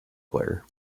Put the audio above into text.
player